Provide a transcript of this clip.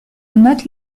note